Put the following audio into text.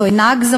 זו אינה הגזמה.